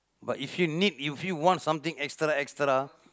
but if you need if you want something extra extra